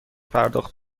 پرداخت